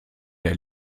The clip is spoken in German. der